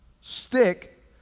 stick